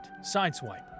Sideswipe